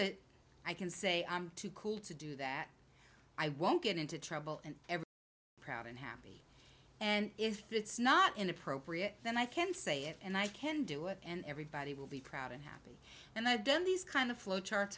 that i can say i'm too cool to do that i won't get into trouble and ever proud and happy and if it's not inappropriate then i can say it and i can do it and everybody will be proud and happy and i've done these kind of